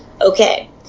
Okay